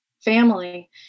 family